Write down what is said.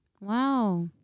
Wow